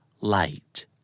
Light